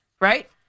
Right